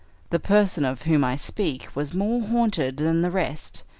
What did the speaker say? the person of whom i speak was more haunted than the rest,